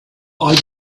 are